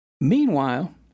Meanwhile